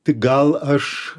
tik gal aš